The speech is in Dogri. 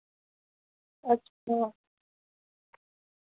अच्छा